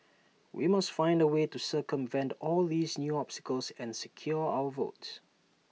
we must find A way to circumvent all these new obstacles and secure our votes